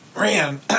ran